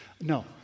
No